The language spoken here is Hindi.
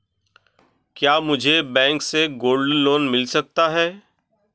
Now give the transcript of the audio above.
क्या मुझे बैंक से गोल्ड लोंन मिल सकता है?